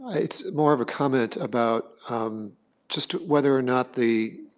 it's more of a comment about um just whether or not the